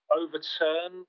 overturn